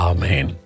Amen